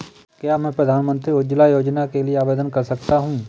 क्या मैं प्रधानमंत्री उज्ज्वला योजना के लिए आवेदन कर सकता हूँ?